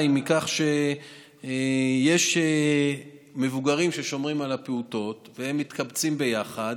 מכך שיש מבוגרים ששומרים על הפעוטות והם מתקבצים ביחד,